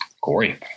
Corey